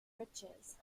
riches